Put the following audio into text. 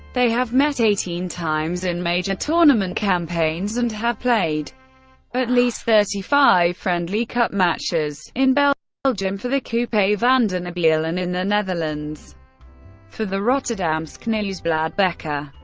they have met eighteen times in major tournament campaigns, and have played at least thirty five friendly cup matches in belgium belgium for the coupe vanden abeele, and in the netherlands for the rotterdamsch nieuwsblad-beker.